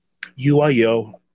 UIO